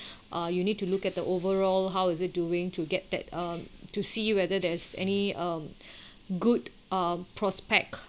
uh you need to look at the overall how is it doing to get that um to see whether there's any um good um prospect